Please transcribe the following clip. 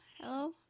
Hello